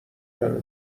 منو